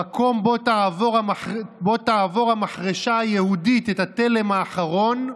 במקום שבו תעבור המחרשה היהודית את התלם האחרון,